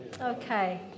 Okay